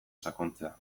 sakontzea